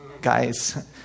guys